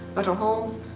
but holmes,